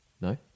No